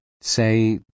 say